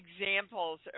examples